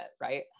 right